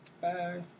Bye